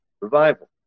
revival